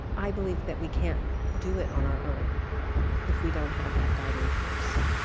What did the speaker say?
i believe that we can't do it on our own if we don't have that guiding force